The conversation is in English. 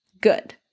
good